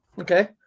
Okay